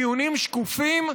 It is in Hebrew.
דיונים שקופים,